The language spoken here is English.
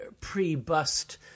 pre-bust